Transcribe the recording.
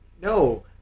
No